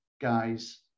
guys